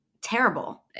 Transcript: terrible